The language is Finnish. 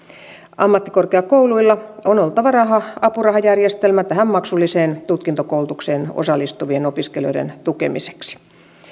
ammattikorkeakouluilla on oltava apurahajärjestelmä tähän maksulliseen tutkintokoulutukseen osallistuvien opiskelijoiden tukemiseksi